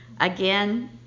Again